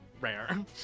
rare